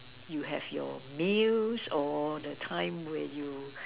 you have your meals or the time where you